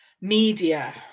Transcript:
media